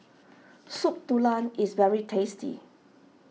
Soup Tulang is very tasty